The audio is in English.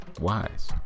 wise